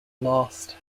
lost